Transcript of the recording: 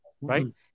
Right